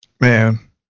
man